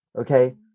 okay